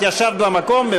את ישבת במקום?